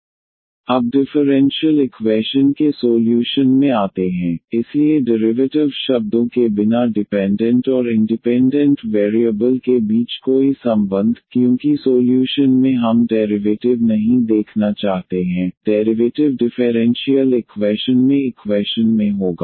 d2ydx2ydydxy0 अब differential equation के solution में आते हैं इसलिए डिरिवैटिव शब्दों के बिना डिपेंडेंट और इंडिपेंडेंट वेरिएबल के बीच कोई संबंध क्योंकि सोल्यूशन में हम डेरिवेटिव नहीं देखना चाहते हैं डेरिवेटिव डिफेरेंशीयल इक्वैशन में इक्वैशन में होगा